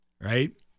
right